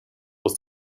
was